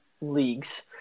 leagues